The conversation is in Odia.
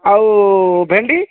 ଆଉ ଭେଣ୍ଡି